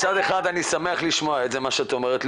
אני שמח לשמוע את מה שאת אומרת,